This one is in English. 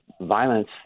violence